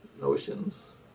notions